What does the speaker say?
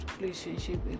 relationship